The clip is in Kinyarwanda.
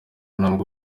nubwo